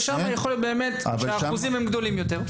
ושם יכול להיות באמת שהאחוזים הם גדולים יותר.